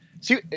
see –